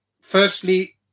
firstly